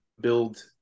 build